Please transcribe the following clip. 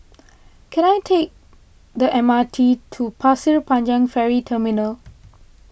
can I take the M R T to Pasir Panjang Ferry Terminal